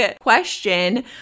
question